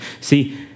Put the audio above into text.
See